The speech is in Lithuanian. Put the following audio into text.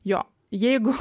jo jeigu